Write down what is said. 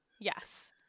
Yes